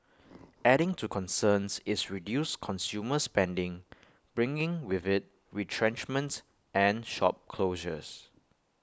adding to concerns is reduced consumer spending bringing with IT retrenchments and shop closures